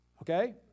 okay